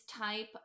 type